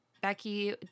Becky